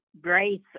Grace